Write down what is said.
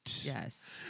Yes